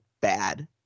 bad